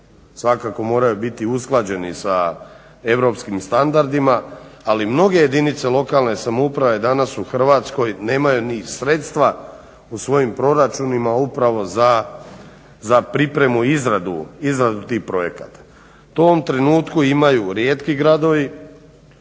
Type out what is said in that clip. svakako moraju biti usklađeni sa europskim standardima, ali mnoge jedinice lokalne samouprave danas u Hrvatskoj nemaju ni sredstva u svojim proračunima upravo za pripremu i izradu tih projekata. To u ovom trenutku imaju rijetki gradovi,